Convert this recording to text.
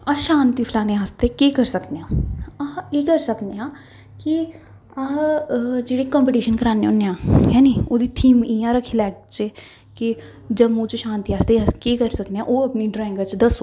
अस शांति फैलाने आस्तै केह् करी सकने आं अस एह् करी सकने आं कि अस जेह्ड़े कंपीटीशन करान्ने होन्ने आं है नी ओह्दी थीम इ'यां रक्खी लैचै कि जम्मू च शांति आस्तै अस केह् करी सकने आं ओह् अपनी ड्राइंगां च ओह् दस्सो